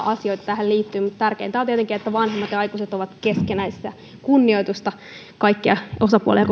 asioita tähän liittyy mutta tärkeintä on tietenkin että vanhemmilla ja aikuisilla on keskinäistä kunnioitusta kaikkia osapuolia